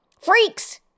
freaks